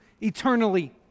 eternally